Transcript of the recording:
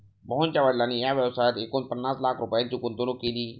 मोहनच्या वडिलांनी या व्यवसायात एकूण पन्नास लाख रुपयांची गुंतवणूक केली